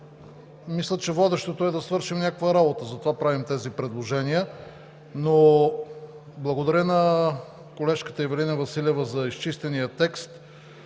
Мисля, че водещото е да свършим някаква работа, затова правим тези предложения. Благодаря на колежката Ивелина Василева за изчистения текст.